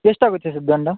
ಎಷ್ಟಾಗುತ್ತೆ ಸರ್ ದಂಡ